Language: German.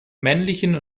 männlichen